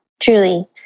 truly